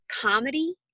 comedy